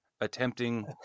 attempting